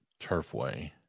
Turfway